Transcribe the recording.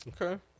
Okay